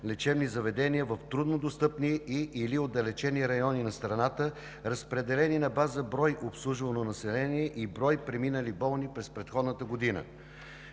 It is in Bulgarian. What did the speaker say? лечебни заведения в труднодостъпни и/или отдалечени райони на страната, разпределени на база брой обслужвано население и брой преминали болни през предходната година.